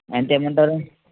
ఎంత వేయమంటారు